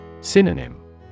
Synonym